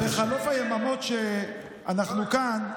בחלוף היממות שאנחנו כאן,